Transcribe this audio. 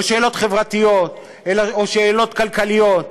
או שאלות חברתיות או שאלות כלכליות,